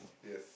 yes